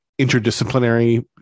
interdisciplinary